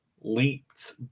leaped